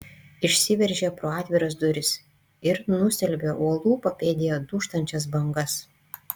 išsiveržė pro atviras duris ir nustelbė uolų papėdėje dūžtančias bangas